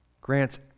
grants